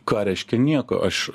ką reiškia nieko aš